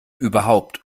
überhaupt